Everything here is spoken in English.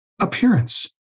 appearance